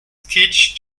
teach